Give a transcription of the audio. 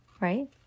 Right